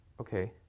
Okay